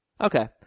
Okay